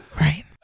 Right